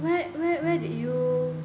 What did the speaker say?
where where where did you